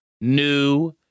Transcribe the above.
new